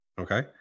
Okay